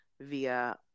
via